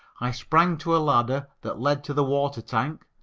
i sprang to a ladder that led to the water tank,